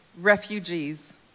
refugees